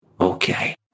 Okay